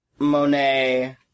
Monet